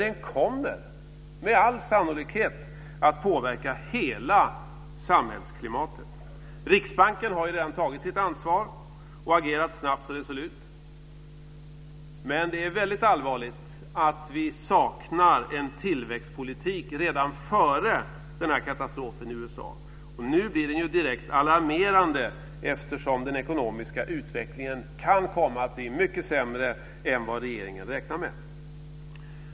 Det kommer med all sannolikhet att påverka hela samhällsklimatet. Riksbanken har redan tagit sitt ansvar och agerat snabbt och resolut. Men det är väldigt allvarligt att vi har saknat en tillväxtpolitik redan före katastrofen i USA. Nu blir det direkt alarmerande eftersom den ekonomiska utvecklingen kan komma att bli mycket sämre än vad regeringen räknar med.